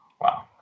Wow